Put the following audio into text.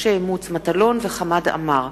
משה מטלון וחמד עמאר,